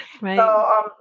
Right